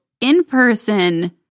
in-person